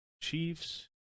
Chiefs